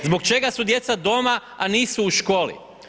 Zbog čega su djeca doma a nisu u školi?